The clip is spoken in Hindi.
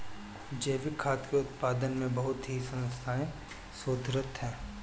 जैविक खाद्य के उत्पादन में बहुत ही संस्थाएं शोधरत हैं